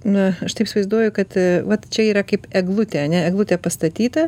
nu aš taip įsivaizduoju kad vat čia yra kaip eglutė ane eglutė pastatyta